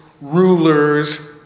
rulers